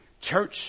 church